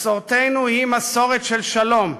מסורתנו היא מסורת של שלום,